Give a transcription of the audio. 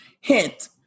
hint